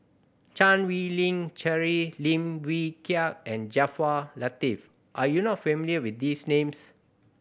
Chan Wei Ling Cheryl Lim Wee Kiak and Jaafar Latiff are you not familiar with these names